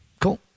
Cool